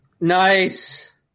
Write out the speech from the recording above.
Nice